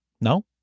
No